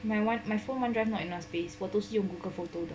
my phone [one] drive not enough space for those 用 Google photo 的